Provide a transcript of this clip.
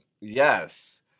Yes